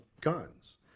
guns